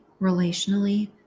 relationally